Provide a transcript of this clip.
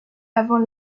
avant